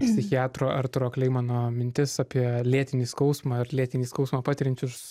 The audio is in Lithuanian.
psichiatro arturo kleinmano mintis apie lėtinį skausmą ir lėtinį skausmą patiriančius